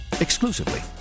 Exclusively